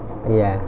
ya